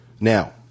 Now